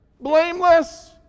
Blameless